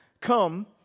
come